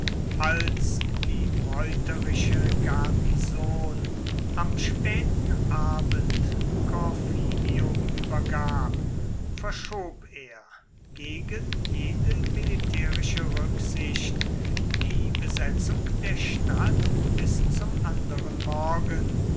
als die meuterische garnison am späten abend corfinium übergab verschob er gegen jede militärische rücksicht die besetzung der stadt bis zum anderen morgen